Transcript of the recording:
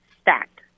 stacked